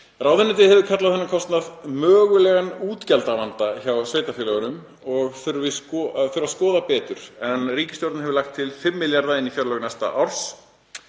Ráðuneytið hefur kallað þennan kostnað mögulegan útgjaldavanda hjá sveitarfélögunum og sagt að hann þurfi skoða betur en ríkisstjórnin hefur lagt til 5 milljarða í fjárlögum næsta árs